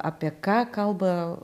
apie ką kalba